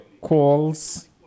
calls